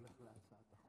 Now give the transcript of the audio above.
כבוד יושב-ראש הכנסת,